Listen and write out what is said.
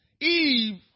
Eve